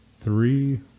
three